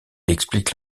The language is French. explique